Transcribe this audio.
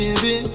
Baby